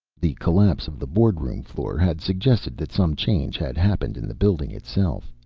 the collapse of the board-room floor had suggested that some change had happened in the building itself,